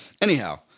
anyhow